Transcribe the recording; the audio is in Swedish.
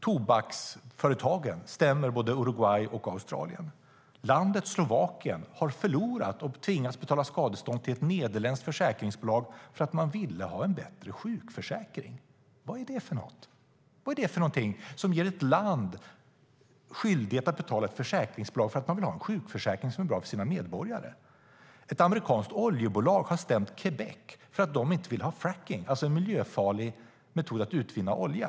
Tobaksföretagen stämmer både Uruguay och Australien. Landet Slovakien har förlorat och tvingats betala skadestånd till ett nederländskt försäkringsbolag för att man ville ha en bättre sjukförsäkring. Vad är det för något? Vad är det som ger ett land skyldighet att betala ett försäkringsbolag för att landet vill ha en sjukförsäkring som är bra för medborgarna? Ett amerikanskt oljebolag har stämt Quebec för att provinsen inte vill ha frackning, alltså en miljöfarlig metod för att utvinna olja.